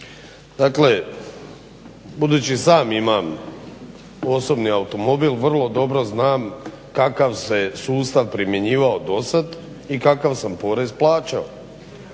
dakle budući sam imam osobni automobil vrlo dobro znam kakav se sustav primjenjivao dosad i kakav sam porez plaćao.